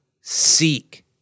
Seek